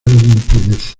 limpidez